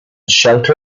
shelter